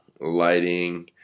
lighting